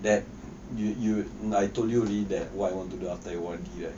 that you you I told you already that what I want to do after O_R_D right